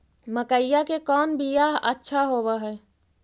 मकईया के कौन बियाह अच्छा होव है?